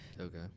Okay